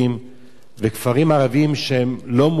ערביים שהם לא מורשים או כן מורשים,